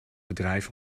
bedrijf